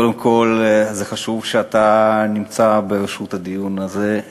קודם כול זה חשוב שאתה נמצא בראשות הדיון הזה,